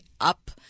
up